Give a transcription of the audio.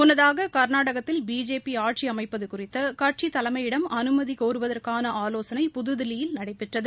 முன்னதாக கா்நாடகத்தில் பிஜேபி ஆட்சி அமைப்பது குறித்து கட்சித் தலைமையிடம் அனுமதி கோருவதற்கான ஆலோசனை புதுதில்லியில் நடைபெற்றது